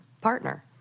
partner